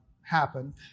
happen